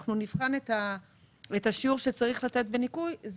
אנחנו נבחן את השיעור שצריך לתת בניכוי,